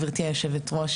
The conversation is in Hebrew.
גבירתי היושבת-ראש,